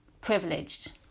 privileged